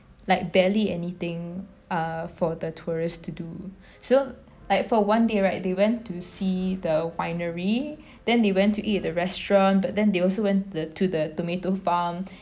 like barely anything uh for the tourist to do so like for one day right they went to see the winery then they went to eat at the restaurant but then they also went the to the tomato farm